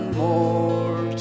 more